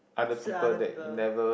still other people